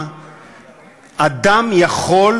אבל בין אדם לאדם,